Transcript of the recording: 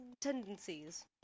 tendencies